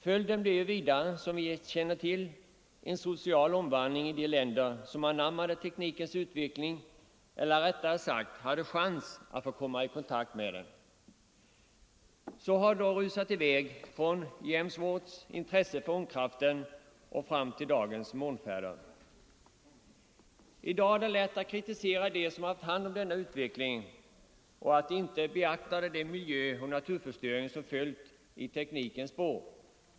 Följden blev vidare, som vi känner till, en social omvandling i de länder som anammade teknikens utveckling — eller rättare sagt som hade en chans att få komma i kontakt med den. Så har utvecklingen rusat i väg från James Watts intresse för ångkraften fram till dagens månfärder. I dag är det lätt att kritisera dem som har haft hand om denna utveckling för att de inte beaktade den miljöoch naturförstöring som har följt i teknikens spår.